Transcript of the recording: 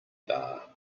bar